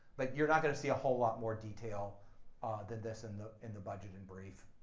but you're not going to see a whole lot more detail than this in the in the budget in brief.